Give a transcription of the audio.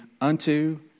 unto